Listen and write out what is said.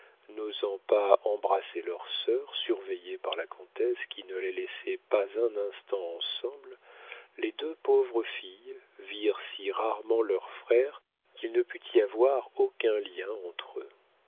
n'osant pas embrasser leurs sœurs surveillées par la comtesse qui ne les laissait pas un instant ensemble les deux pauvres filles virent si rarement leurs frères qu'il ne put y avoir aucun lien entre eux